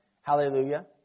Hallelujah